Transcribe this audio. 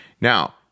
Now